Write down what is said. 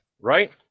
right